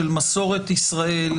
של מסורת ישראל,